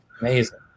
Amazing